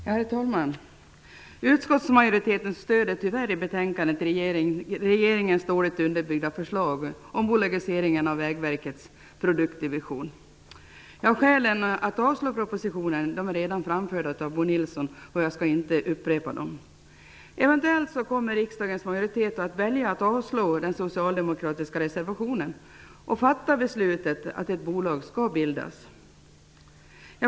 Herr talman! Utskottsmajoriteten stöder tyvärr i betänkandet regeringens dåligt underbyggda förslag om bolagiseringen av Vägverkets produktdivision. Skälen till att avslå propositionen är redan framförda av Bo Nilsson. Jag skall inte upprepa dem. Eventuellt kommer riksdagens majoritet att välja att avslå den socialdemokratiska reservationen och fatta beslut om att ett bolag skall bildas.